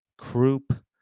Croup